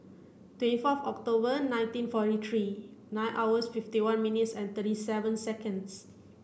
twenty four October nineteen forty three nine hours fifty one minutes and thirty seven seconds